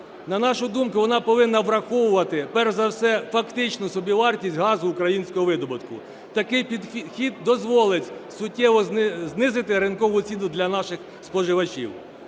На нашу думку, вона повинна враховувати перш за все фактичну собівартість газу українського видобутку, такий підхід дозволить суттєво знизити ринкову ціну для наших споживачів.